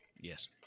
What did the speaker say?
Yes